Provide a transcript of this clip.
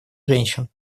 женщин